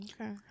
Okay